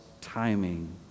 timing